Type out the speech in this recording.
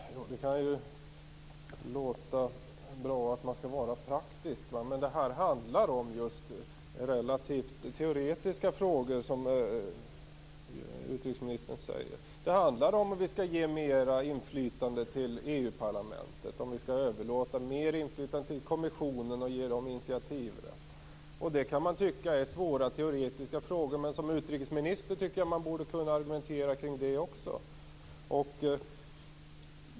Fru talman! Det kan låta bra att man skall vara praktisk, som utrikesministern säger, men det här handlar om relativt teoretiska frågor. Det handlar om huruvida vi skall ge mer inflytande till EU parlamentet och om huruvida vi skall överlåta mer inflytande till kommissionen och ge den initiativrätt. Det kan tyckas vara svåra teoretiska frågor, men som utrikesminister tycker jag att man borde kunna argumentera kring sådant också.